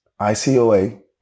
ICOA